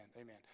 amen